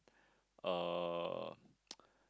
uh